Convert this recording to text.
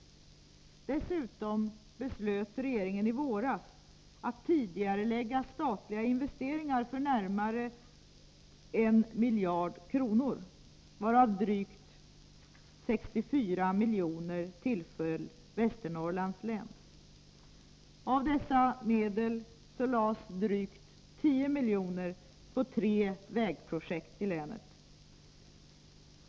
Dessutom beslöt regeringen i våras att tidigarelägga statliga investeringar för närmare 1 miljard kronor, varav drygt 64 milj.kr. tillföll Västernorrlands län. Av dessa medel lades drygt 10 miljoner på tre vägprojekt i länet.